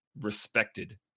respected